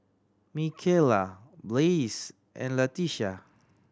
Mikaela Blaise and Latisha